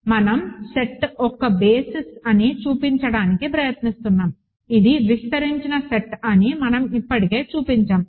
మనం సెట్ ఒక బేసిస్ అని చూపించడానికి ప్రయత్నిస్తున్నాము ఇది విస్తరించిన సెట్ అని మనం ఇప్పుడే చూపించాము